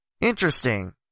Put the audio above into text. Interesting